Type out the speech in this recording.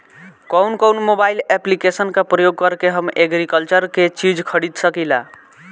कउन कउन mobile application का प्रयोग करके हम एग्रीकल्चर के चिज खरीद सकिला?